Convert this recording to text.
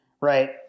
Right